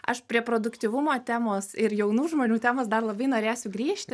aš prie produktyvumo temos ir jaunų žmonių temos dar labai norėsiu grįžti